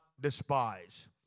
despise